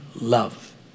love